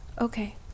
Okay